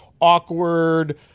awkward